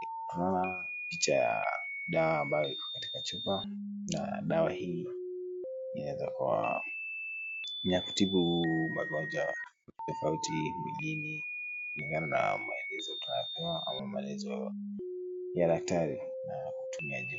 Tunaona picha ya dawa ambayo iko katika chupa na dawa hii inaweza kuwa ni ya kutibu magonjwa tofauti mwilini kulingana na maelezo tunayopewa au maelezo ya daktari na mtumiaji.